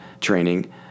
training